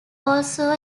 also